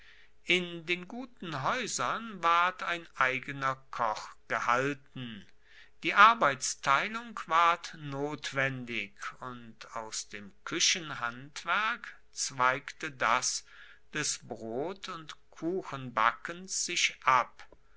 in den guten haeusern ward ein eigener koch gehalten die arbeitsteilung ward notwendig und aus dem kuechenhandwerk zweigte das des brot und kuchenbackens sich ab